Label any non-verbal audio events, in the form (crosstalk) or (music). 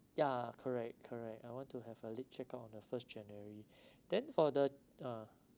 ya correct correct I want to have a late check out on the first january (breath) then for the ah